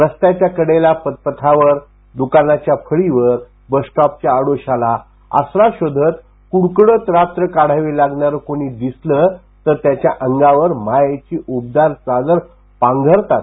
रस्त्याच्या कडेला पदपथावर दुकानांच्या फळीवर बसस्टॉपच्या आडोश्याला आसरा शोधत कुडकुडत रात्र काढावी लागणारं कोणी दिसलं तर त्याच्या अंगावर मायेची उबदार चादर पांघरतात